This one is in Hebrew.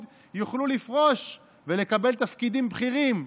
יוכלו לפרוש ולקבל תפקידים בכירים.